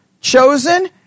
chosen